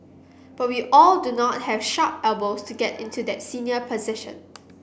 but we all do not have sharp elbows to get into that senior position